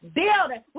building